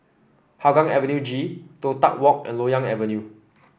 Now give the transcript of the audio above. Hougang Avenue G Toh Tuck Walk and Loyang Avenue